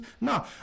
No